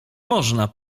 można